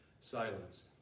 silence